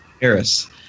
Harris